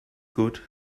good